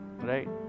right